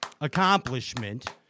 accomplishment